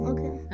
Okay